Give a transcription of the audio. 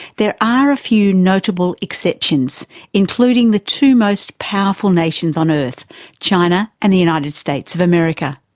there are a few notable exceptions, including the two most powerful nations on earth china and the united states of america.